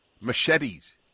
machetes